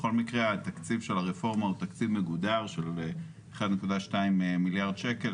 בכל מקרה התקציב של הרפורמה הוא תקציב מגודר של 1.2 מיליארד שקל,